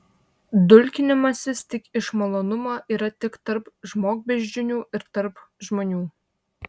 dulkinimasis tik iš malonumo yra tik tarp žmogbeždžionių ir tarp žmonių